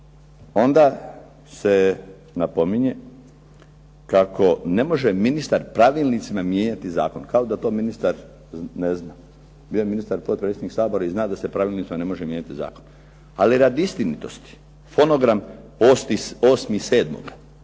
Onda se napominje kako ne može ministar pravilnicima mijenjati zakon. Kao da to ministar ne zna. Bio je ministar potpredsjednik Sabora i zna da se pravilnik ne može mijenjati zakon. Ali radi istinitosti, fonogram 8.7.